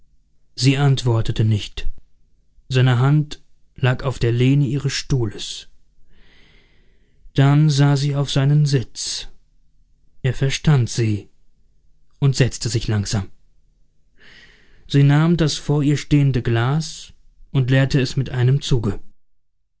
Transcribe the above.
sie antwortete nicht seine hand lag auf der lehne ihres stuhles dann sah sie auf seinen sitz er verstand sie und setzte sich langsam sie nahm das vor ihr stehende glas und leerte es mit einem zuge